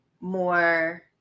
more